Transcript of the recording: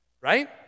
right